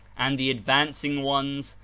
and the advancing ones,